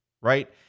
right